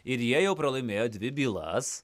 ir jie jau pralaimėjo dvi bylas